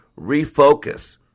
refocus